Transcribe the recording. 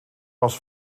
was